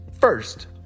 first